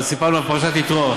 סיפרנו על פרשת יתרו.